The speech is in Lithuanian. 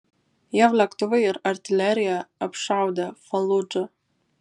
jav lėktuvai ir artilerija apšaudė faludžą